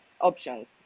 options